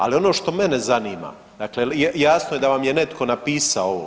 Ali ono što mene zanima, dakle jasno je da vam je netko napisao ovo.